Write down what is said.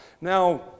Now